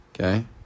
Okay